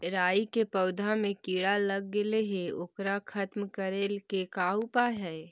राई के पौधा में किड़ा लग गेले हे ओकर खत्म करे के का उपाय है?